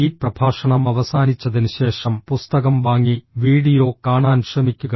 ഈ പ്രഭാഷണം അവസാനിച്ചതിന് ശേഷം പുസ്തകം വാങ്ങി വീഡിയോ കാണാൻ ശ്രമിക്കുക